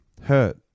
hurt